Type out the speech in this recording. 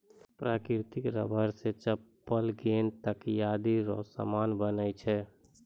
प्राकृतिक रबर से चप्पल गेंद तकयादी रो समान बनै छै